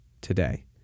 today